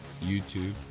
YouTube